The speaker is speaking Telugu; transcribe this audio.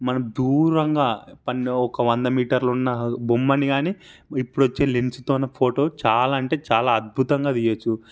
మనం దూరంగా పన్ ఒక వంద మీటర్లో ఉన్న బొమ్మని కానీ ఇప్పుడొచ్చే లెన్సుతోని ఫోటో చాలా అంటే చాలా అద్భుతంగా తీయవచ్చు